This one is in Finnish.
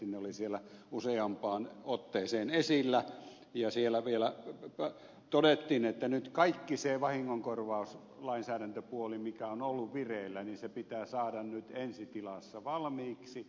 ne olivat siellä useampaan otteeseen esillä ja siellä vielä todettiin että nyt kaikki se vahingonkorvauslainsäädäntöpuoli mikä on ollut vireillä pitää saada ensi tilassa valmiiksi